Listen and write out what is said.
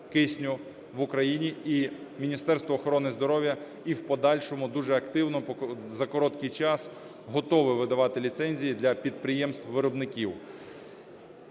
кисню в Україні, і Міністерство охорони здоров'я і в подальшому дуже активно за короткий час готове видавати ліцензії для підприємств-виробників.